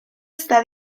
está